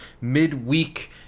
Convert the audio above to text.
midweek